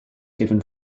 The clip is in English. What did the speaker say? given